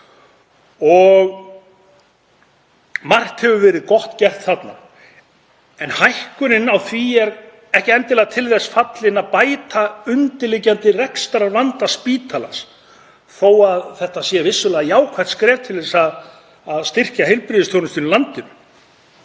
Margt hefur verið gott gert þarna. En hækkunin á því er ekki endilega til þess fallin að bæta undirliggjandi rekstrarvanda spítalans þó að þetta sé vissulega jákvætt skref til að styrkja heilbrigðisþjónustuna í landinu.